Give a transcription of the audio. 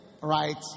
right